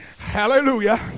hallelujah